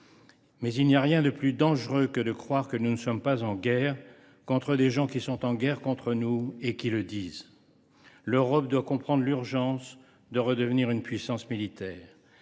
paix. Il n’y a rien de plus dangereux que de croire que nous ne sommes pas en guerre contre des gens qui sont en guerre contre nous et qui le disent. L’Europe doit comprendre qu’il est urgent pour elle de redevenir une puissance militaire